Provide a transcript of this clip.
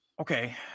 Okay